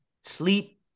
sleep